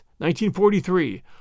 1943